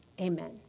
Amen